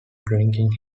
drinking